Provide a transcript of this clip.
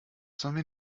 sollen